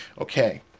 Okay